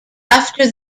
after